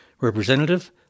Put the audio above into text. Representative